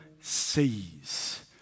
sees